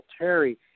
Terry